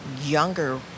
younger